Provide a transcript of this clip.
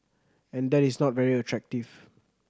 and that is not very attractive